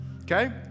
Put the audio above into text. Okay